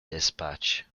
dispatch